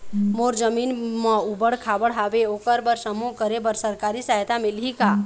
मोर जमीन म ऊबड़ खाबड़ हावे ओकर बर समूह करे बर सरकारी सहायता मिलही का?